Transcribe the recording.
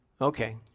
Okay